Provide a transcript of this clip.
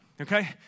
okay